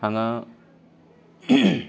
हांगा